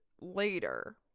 later